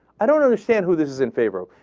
i don't understand who this is in favor of.